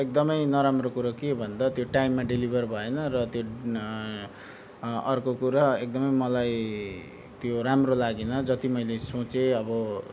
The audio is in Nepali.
एकदमै नराम्रो कुरो के भन्दा त्यो टाइममा डेलिभर भएन र त्यो अर्को कुरा एकदमै मलाई त्यो राम्रो लागेन जति मैले सोचे अब